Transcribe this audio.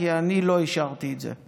כי אני לא אישרתי את זה,